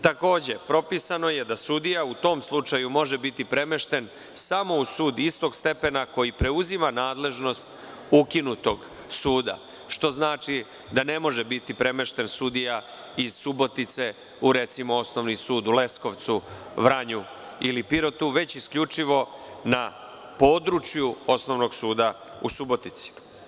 Takođe, propisano je da sudija u tom slučaju može biti premešten samo u sud istog stepena koji preuzima nadležnost ukinutog suda, što znači da ne može biti premešten sudija iz Subotice u, recimo, Osnovni sud u Leskovcu, Vranju ili Pirotu, već isključivo na području Osnovnog suda u Subotici.